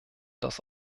das